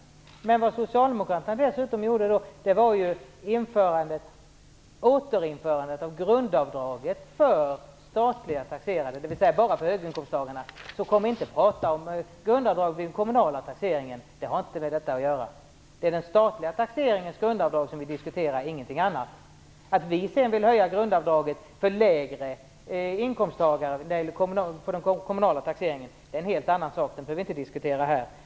Men vad Socialdemokraterna dessutom gjorde var att återinföra grundavdraget för att den statligt taxerade inkomsten, dvs. bara för höginkomsttagarna. Kom inte och tala om grundavdraget vid den kommunala taxeringen. Det har inte med detta att göra. Det är den statliga taxeringens grundavdrag som vi diskuterar, ingenting annat. Att vi sedan vill höja grundavdraget för inkomsttagare med lägre inkomst vid den kommunala taxeringen är en helt annat sak. Det behöver vi inte diskutera här.